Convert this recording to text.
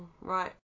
Right